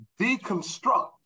deconstruct